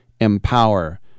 empower